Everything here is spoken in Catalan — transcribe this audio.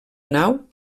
nau